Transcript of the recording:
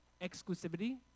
exclusivity